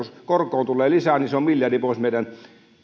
korkoon tulee lisää on miljardi pois meidän